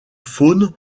faune